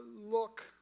look